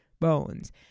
bones